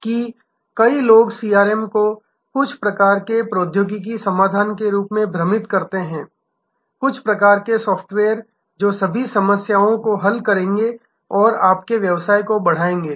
कि कई लोग सीआरएम को कुछ प्रकार के प्रौद्योगिकी समाधान के रूप में भ्रमित करते हैं कुछ प्रकार के सॉफ़्टवेयर जो सभी समस्याओं को हल करेंगे और आपके व्यवसाय को बढ़ाएंगे